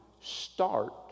start